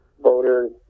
voters